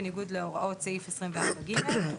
בניגוד להוראות סעיף 24(ג)".